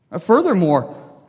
Furthermore